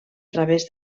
través